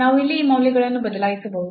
ನಾವು ಇಲ್ಲಿ ಈ ಮೌಲ್ಯಗಳನ್ನು ಬದಲಿಸಬಹುದು